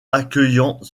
accueillant